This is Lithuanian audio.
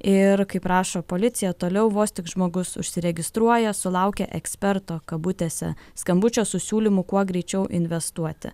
ir kaip rašo policija toliau vos tik žmogus užsiregistruoja sulaukia eksperto kabutėse skambučio su siūlymu kuo greičiau investuoti